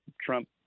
Trump